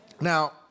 Now